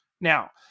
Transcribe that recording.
Now